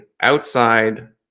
outside